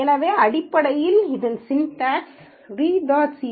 எனவே அடிப்படையில் இதன் சின்டக்ஸ் டாட் சி